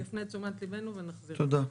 תודה.